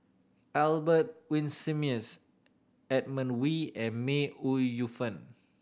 Albert Winsemius Edmund Wee and May Ooi Yu Fen